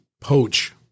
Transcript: poach